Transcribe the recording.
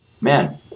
Man